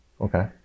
Okay